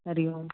Hari Om